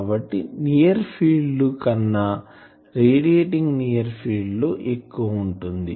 కాబట్టి near field కన్నా radiating near field లో ఎక్కువ ఉంటుంది